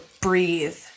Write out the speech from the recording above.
breathe